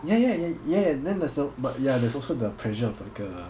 ya ya ya ya then there's a but ya there's also the pressure of like uh